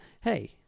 Hey